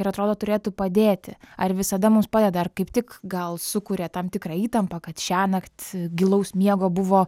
ir atrodo turėtų padėti ar visada mums padeda ar kaip tik gal sukuria tam tikrą įtampą kad šiąnakt gilaus miego buvo